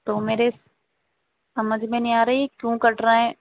تو میرے سمجھ میں نہیں آ رہا یہ کیوں کٹ رہے ہیں